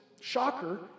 shocker